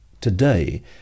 today